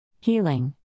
healing